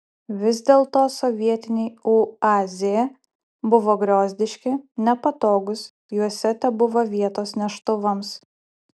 vis dėlto sovietiniai uaz buvo griozdiški nepatogūs juose tebuvo vietos neštuvams